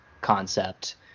concept